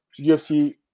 UFC